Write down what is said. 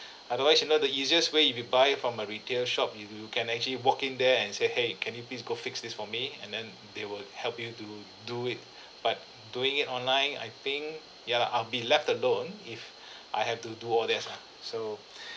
otherwise you know the easiest way if you buy from a retail shop you you can actually walk in there and say !hey! can you please go fix this for me and then they will help you to do it but doing it online I think ya lah I'll be left alone if I have to do all this lah so